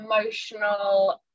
emotional